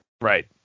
Right